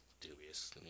dubious